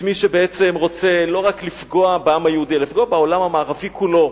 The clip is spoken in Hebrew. את מי שבעצם רוצה לא רק לפגוע בעם היהודי אלא לפגוע בעולם המערבי כולו,